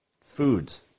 foods